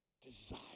Desire